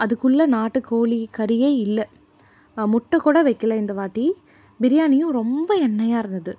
அதுக்குள்ளே நாட்டுக்கோழி கறியே இல்லை முட்டை கூட வைக்கலை இந்த வாட்டி பிரியாணியும் ரொம்ப எண்ணையாக இருந்தது